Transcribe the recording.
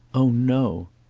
oh no!